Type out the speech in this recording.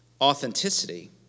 authenticity